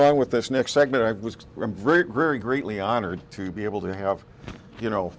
on with this next segment i was very very greatly honored to be able to have you know